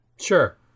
Sure